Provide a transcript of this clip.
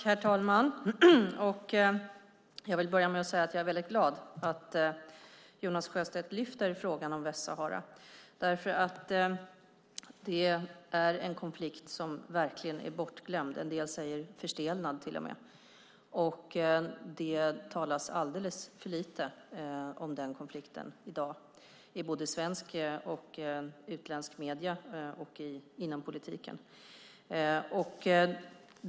Herr talman! Jag vill börja med att säga att jag är glad att Jonas Sjöstedt lyfter fram frågan om Västsahara. Det är en konflikt som verkligen är bortglömd - en del säger till och med förstelnad. Det talas alldeles för lite om denna konflikt i dag i både svenska och utländska medier och inom politiken.